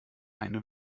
eine